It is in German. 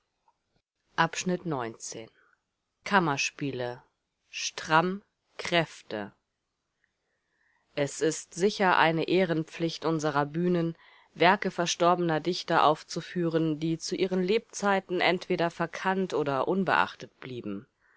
kammerspiele stramm kräfte es ist sicher eine ehrenpflicht unserer bühnen werke verstorbener dichter aufzuführen die zu ihren lebzeiten entweder verkannt oder unbeachtet blieben